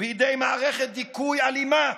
בידי מערכת דיכוי אלימה,